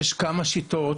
יש כמה שיטות,